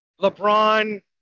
LeBron